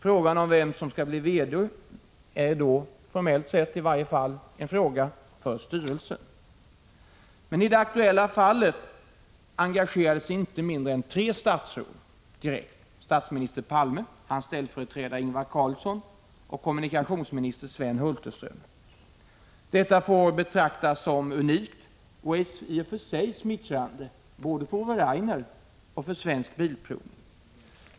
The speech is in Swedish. Frågan om vem som skall bli VD är då — formellt sett i varje fall — en fråga för styrelsen. Men i det aktuella fallet engagerade sig inte mindre än tre statsråd direkt: statsminister Olof Palme, hans ställföreträdare Ingvar Carlsson och kommunikationsminister Sven Hulterström. Detta får betraktas som unikt och i och för sig smickrande både för Ove Rainer och för Svensk Bilprovning.